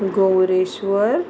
Govareshwar